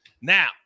Now